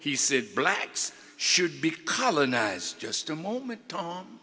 he says blacks should be colonized just a moment tom